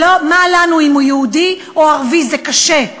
ומה לנו אם הוא יהודי או ערבי, זה קשה.